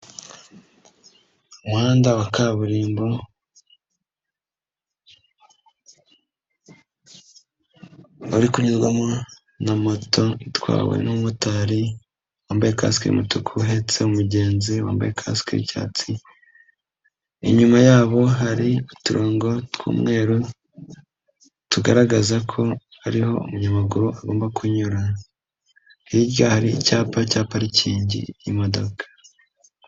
Umuhanda wa kaburimbo uri kunyurwamo na moto itwawe n'umumotari, wambaye kasike y'umutuku uhetse umugenzi wambaye kasike y'icyatsi, inyuma yabo hari uturongo tw'umweru, tugaragaza ko hariho umunyamaguru agomba kunyura. Hirya hari icyapa cya parikingi y'imodoka.